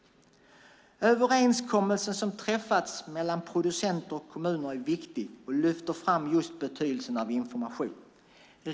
Överenskommelsen som träffats mellan producenter och kommuner är viktig och lyfter fram just betydelsen av information.